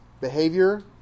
Behavior